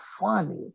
funny